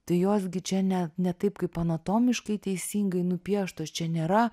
tai jos gi čia ne ne taip kaip anatomiškai teisingai nupieštos čia nėra